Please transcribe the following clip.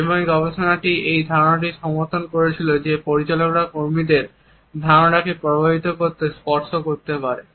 এবং এই গবেষণাটি এই ধারণাটিকে সমর্থন করেছিল যে পরিচালকরা কর্মীদের ধারণাকে প্রভাবিত করতে স্পর্শ ব্যবহার করতে পারে